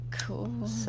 Cool